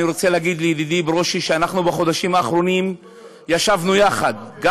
אני רוצה להגיד לידידי ברושי שאנחנו בחודשים האחרונים ישבנו יחד גם